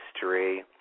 history